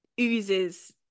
oozes